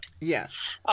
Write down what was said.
yes